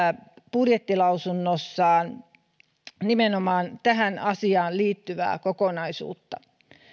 budjettilausunnossaan nimenomaan tähän asiaan liittyvää kokonaisuutta